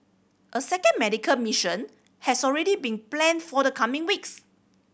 a second medical mission has already been planned for the coming weeks